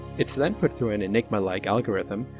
it's then put through an enigma-like algorithm,